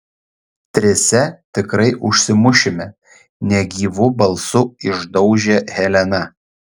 trise tikrai užsimušime negyvu balsu išdaužė helena